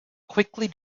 quickly